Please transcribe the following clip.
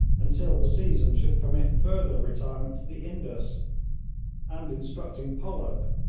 until the season should permit further retirement to the indus and instructing pollock,